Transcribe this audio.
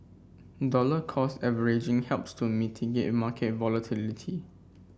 dollar cost averaging helps to mitigate market volatility